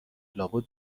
لابد